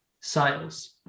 sales